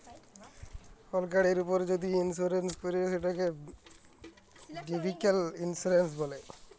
call গাড়ির উপর যদি ইলসুরেলস ক্যরে সেটকে ভেহিক্যাল ইলসুরেলস ব্যলে